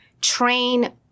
train